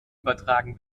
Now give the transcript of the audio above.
übertragen